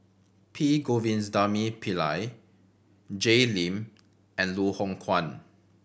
P Govindasamy Pillai Jay Lim and Loh Hoong Kwan